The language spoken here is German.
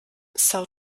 são